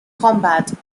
combat